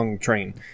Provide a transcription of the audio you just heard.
train